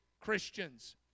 Christians